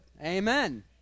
Amen